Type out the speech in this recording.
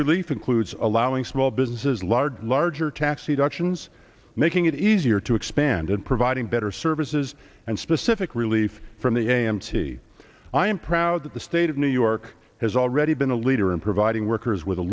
relief includes allowing small businesses large larger tax reductions making it easier to expand and providing better services and specific relief from the a m t i am proud that the state of new york has already been a leader in providing workers with a